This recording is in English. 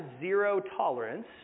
zero-tolerance